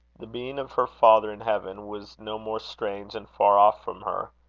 the being of her father in heaven was no more strange and far off from her,